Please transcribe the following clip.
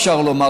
אפשר לומר,